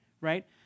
Right